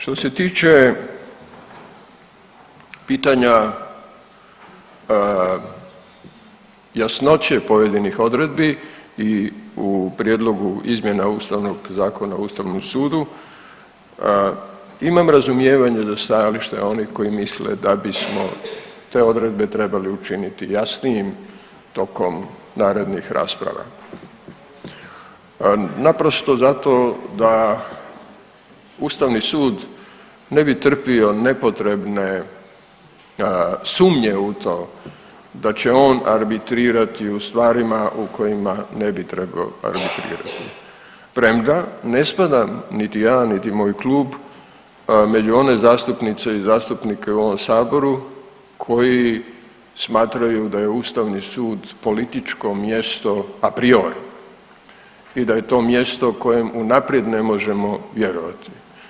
Što se tiče pitanja jasnoće pojedinih odredbi i u prijedlogu izmjena Ustavnog zakona o ustavnom sudu imam razumijevanje za stajalište onih koji misle da bismo te odredbe trebale učiniti jasnijim tokom narednih rasprava, naprosto zato da ustavni sud ne bi trpio nepotrebne sumnje u to da će on arbitrirati u stvarima u kojima ne bi trebao arbitrirati, premda ne spadam niti ja niti moj klub među one zastupnice i zastupnike u ovom saboru koji smatraju da je ustavni sud političko mjesto a priori i da je to mjesto kojem unaprijed ne možemo vjerovati.